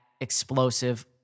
explosive